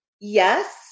Yes